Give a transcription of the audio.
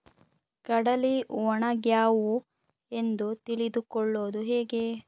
ಕಡಲಿ ಒಣಗ್ಯಾವು ಎಂದು ತಿಳಿದು ಕೊಳ್ಳೋದು ಹೇಗೆ?